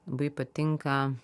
bai patinka